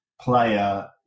player